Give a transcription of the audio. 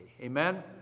Amen